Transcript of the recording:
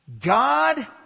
God